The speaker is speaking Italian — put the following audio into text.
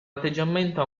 atteggiamento